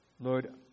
Lord